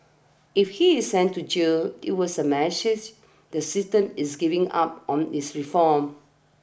if he is sent to jail it was a message the system is giving up on his reform